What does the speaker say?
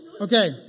Okay